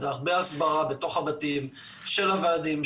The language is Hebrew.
הרבה הסברה בתוך הבתים של הוועדים,